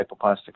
hypoplastic